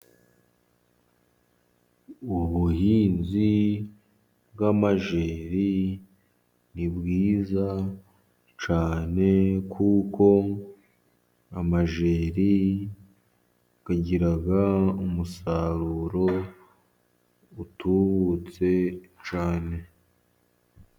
Ubuhinzi bw'amajeri nibwiza cyane, kuko amajeri, agiraga umusaruro, utubutse cyane.